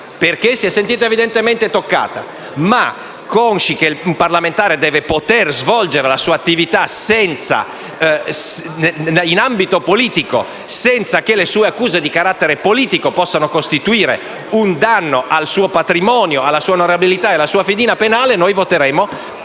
perché si è sentita evidentemente toccata, ma consci che un parlamentare deve poter svolgere la sua attività in ambito politico senza che le sue accuse di carattere politico possano costituire un danno al suo patrimonio, alla sua onorabilità e alla sua fedina penale, noi voteremo